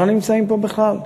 לא נמצאים פה בכלל,